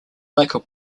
local